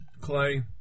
Clay